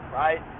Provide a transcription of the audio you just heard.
right